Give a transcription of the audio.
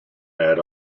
add